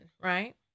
right